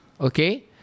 Okay